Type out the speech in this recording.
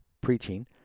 preaching